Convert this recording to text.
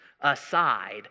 aside